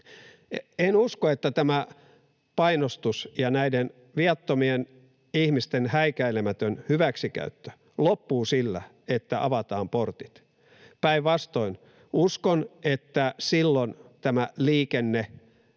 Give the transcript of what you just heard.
En usko, että tämä painostus ja näiden viattomien ihmisten häikäilemätön hyväksikäyttö loppuu sillä, että avataan portit. Päinvastoin uskon, että silloin tämä liikenne